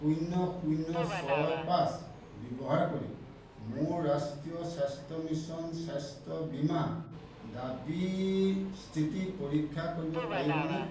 শূন্য শূন্য ছয় পাঁচ ব্যৱহাৰ কৰি মোৰ ৰাষ্ট্ৰীয় স্বাস্থ্য মিছন স্বাস্থ্য বীমা দাবীৰ স্থিতি পৰীক্ষা কৰিব পাৰিবনে